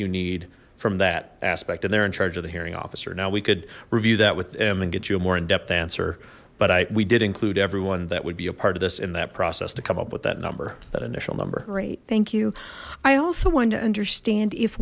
you need from that aspect and they're in charge of the hearing officer now we could review that with him and get you a more in depth answer but i we did include everyone that would be a part of this in that process to come up with that number that initial number great thank you i also wanted to understand if